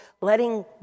letting